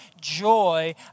joy